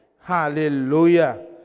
Hallelujah